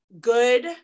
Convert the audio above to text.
good